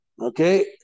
Okay